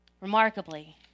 Remarkably